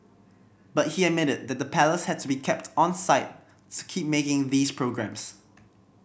but he admitted that the Palace had to be kept onside keep making these programmes